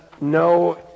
no